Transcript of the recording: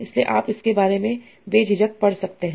इसलिए आप इसके बारे में बे झिझक पढ़ सकते हैं